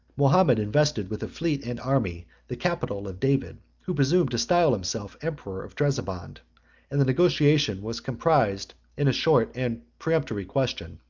mahomet invested with a fleet and army the capital of david, who presumed to style himself emperor of trebizond and the negotiation was comprised in a short and peremptory question,